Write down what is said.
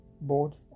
boards